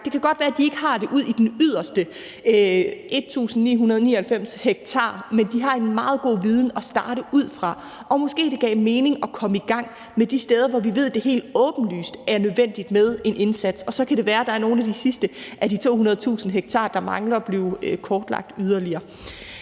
Det kan godt være, at de ikke har det ud i den yderste 199.999. ha, men de har en meget god viden at starte ud fra. Så måske det giver mening at komme i gang med de steder, hvor vi ved at det helt åbenlyst er nødvendigt med en indsats, og så kan det være, at der er nogle af de sidste af de 200.000 ha, der mangler at blive kortlagt yderligere.